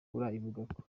barabivugako